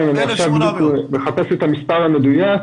אני מחפש את המספר המדויק.